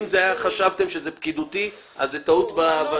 אם חשבתם שזה פקידותי, זו טעות בהבנה.